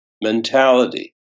mentality